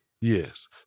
yes